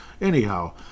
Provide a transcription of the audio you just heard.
Anyhow